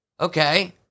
Okay